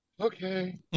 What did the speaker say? okay